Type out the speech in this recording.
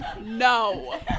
No